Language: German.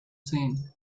sehen